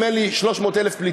אם אין לי 300,000 פליטים,